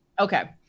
Okay